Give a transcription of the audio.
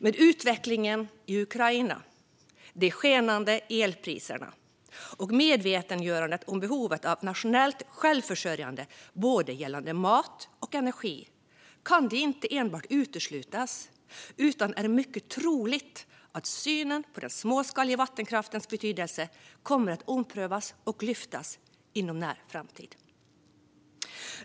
Med utvecklingen i Ukraina, de skenande elpriserna och medvetandegörandet av behovet av nationellt självförsörjande gällande både mat och energi kan det inte uteslutas - det är till och med mycket troligt - att synen på den småskaliga vattenkraftens betydelse kommer att omprövas och lyftas inom en nära framtid.